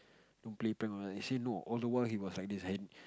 don't play prank on us actually no all the while he was like this and